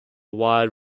wide